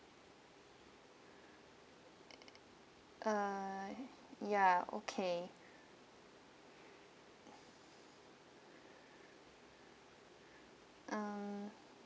uh ya okay um